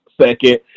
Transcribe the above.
Second